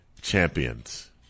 champions